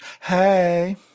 Hey